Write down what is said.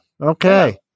Okay